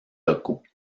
locaux